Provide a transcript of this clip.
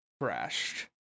crashed